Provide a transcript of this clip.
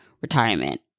retirement